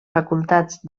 facultats